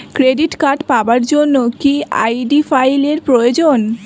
Credit card পাওয়ার জন্য কি আই.ডি ফাইল এর প্রয়োজন?